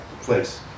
place